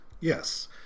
Yes